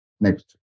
Next